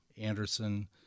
Anderson